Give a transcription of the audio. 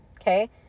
Okay